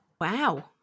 Wow